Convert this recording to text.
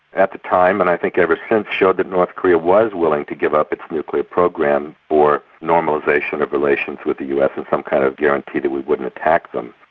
at the time and i think ever since, showed that north korea was willing to give up its nuclear program for normalisation of relations with the us and some kind of guarantee that we wouldn't attack them.